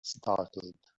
startled